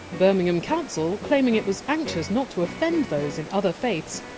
birmingham council, claiming it was anxious not to offend those in other faiths,